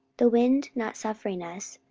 the wind not suffering us,